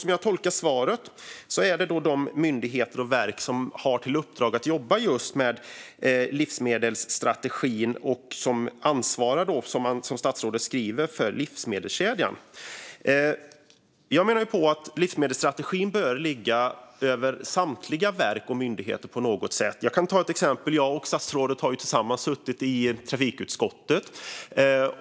Som jag tolkar svaret handlar det om de myndigheter och verk som har i uppdrag att jobba med just livsmedelsstrategin och ansvarar för livsmedelskedjan. Jag menar att livsmedelsstrategin bör ligga på samtliga verk och myndigheter på något sätt. Jag kan ta ett exempel. Jag och statsrådet har ju tillsammans suttit i trafikutskottet.